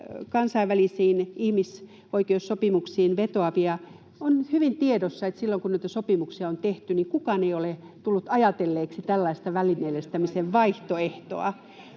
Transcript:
kansainvälisiin ihmisoikeussopimuksiin vetoavia. On hyvin tiedossa, että silloin, kun näitä sopimuksia on tehty, kukaan ei ole tullut ajatelleeksi tällaista välineellistämisen vaihtoehtoa,